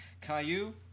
Caillou